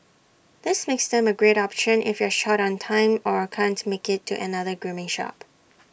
this makes them A great option if you're short on time or can't make IT to another grooming shop